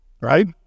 right